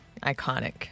iconic